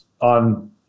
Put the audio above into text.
on